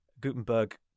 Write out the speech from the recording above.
Gutenberg